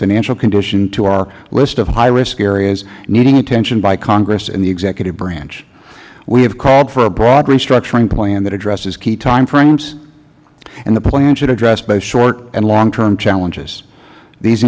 financial condition to our list of high risk areas needing attention by congress and the executive branch we have called for a broad restructuring plan that addresses key timeframes and the plan should address both short and long term challenges these